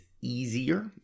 easier